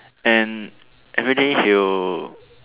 and everyday he will